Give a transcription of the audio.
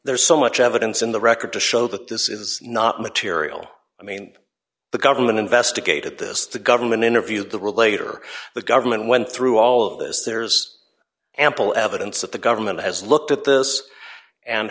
there's so much evidence in the record to show that this is not material i mean the government investigated this the government interviewed the relator the government went through all of this there is ample evidence that the government has looked at this and